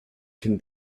can